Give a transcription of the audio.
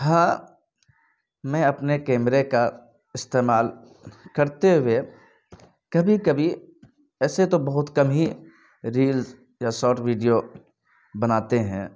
ہاں میں اپنے کیمرے کا استعمال کرتے ہوئے کبھی کبھی ایسے تو بہت کم ہی ریلز یا شاٹ ویڈیو بناتے ہیں